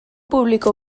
publiko